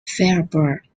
firebird